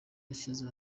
yashyize